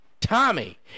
Tommy